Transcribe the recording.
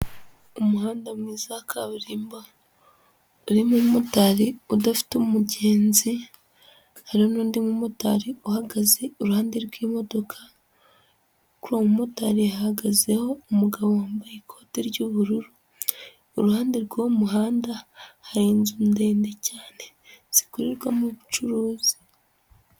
Umuhanda mwiza wa kaburimbo, urimo umumotari udafite umugenzi, hari n'undi mumotari uhagaze iruhande rw'imodoka, kuri uwo mu motari hahagazeho umugabo wambaye ikote ry'ubururu, iruhande rw'uwo muhanda hari inzu ndende cyane, zikorerwamo ubucuruzi.